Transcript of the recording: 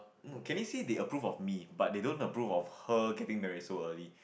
no Candy say they approve of me but they don't approve for her getting married so early